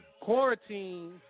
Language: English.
quarantine